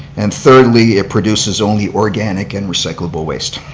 and thirdly it produces only organic and recyclable waste.